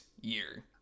year